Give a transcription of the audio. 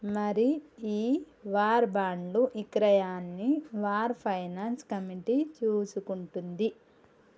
మరి ఈ వార్ బాండ్లు ఇక్రయాన్ని వార్ ఫైనాన్స్ కమిటీ చూసుకుంటుంది